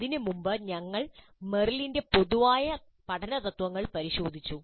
അതിനുമുമ്പ് ഞങ്ങൾ മെറിലിന്റെ പൊതുവായ പഠനതത്ത്വങ്ങൾ പരിശോധിച്ചു